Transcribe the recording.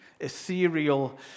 Ethereal